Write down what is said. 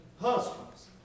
husbands